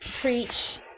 preach